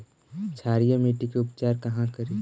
क्षारीय मिट्टी के उपचार कहा करी?